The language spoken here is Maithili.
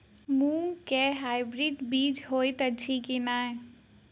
मूँग केँ हाइब्रिड बीज हएत अछि की नै?